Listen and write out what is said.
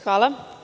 Hvala.